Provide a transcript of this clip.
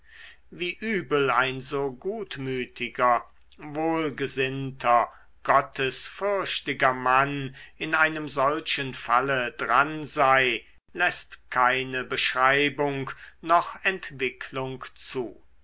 wie übel ein so gutmütiger wohlgesinnter gottesfürchtiger mann in einem solchen falle dran sei läßt keine beschreibung noch entwicklung zu